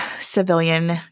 civilian